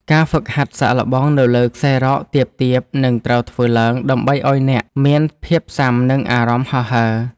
ការហ្វឹកហាត់សាកល្បងនៅលើខ្សែរ៉កទាបៗនឹងត្រូវធ្វើឡើង ដើម្បីឱ្យអ្នកមានភាពស៊ាំនឹងអារម្មណ៍ហោះហើរ។